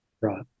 Right